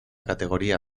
categoría